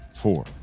four